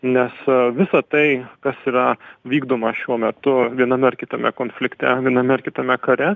nes visa tai kas yra vykdoma šiuo metu viename ar kitame konflikte viename ar kitame kare